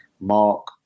Mark